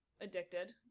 addicted